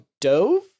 Dove